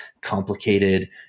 complicated